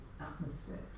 atmosphere